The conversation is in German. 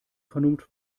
vernunft